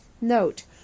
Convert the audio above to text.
Note